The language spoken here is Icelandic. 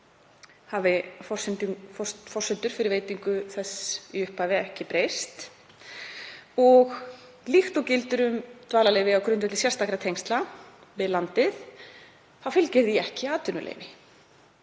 hafi forsendur fyrir veitingu þess í upphafi ekki breyst og líkt og gildir um dvalarleyfi á grundvelli sérstakra tengsla við landið fylgir því ekki atvinnuleyfi,